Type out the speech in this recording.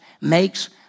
makes